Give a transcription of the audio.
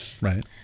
right